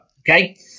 okay